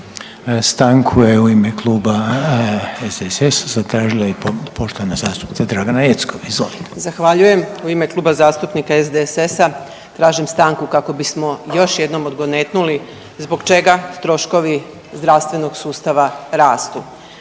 Stanku je u ime Kluba SDSS-a zatražila i poštovana zastupnica Dragana Jeckov, izvolite. **Jeckov, Dragana (SDSS)** Zahvaljujem. U ime Kluba zastupnika SDSS-a tražim stanku kako bismo još jednom odgonetnuli zbog čega troškovi zdravstvenog sustava rastu,